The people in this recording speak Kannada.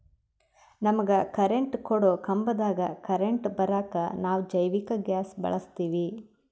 ನಮಗ ಕರೆಂಟ್ ಕೊಡೊ ಕಂಬದಾಗ್ ಕರೆಂಟ್ ಬರಾಕ್ ನಾವ್ ಜೈವಿಕ್ ಗ್ಯಾಸ್ ಬಳಸ್ತೀವಿ